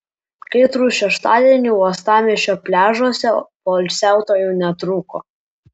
kaitrų šeštadienį uostamiesčio pliažuose poilsiautojų netrūko